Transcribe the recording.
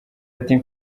ati